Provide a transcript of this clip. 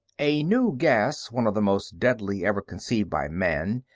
a new gas, one of the most deadly ever conceived by man,